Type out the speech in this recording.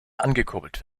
angekurbelt